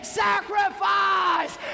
sacrifice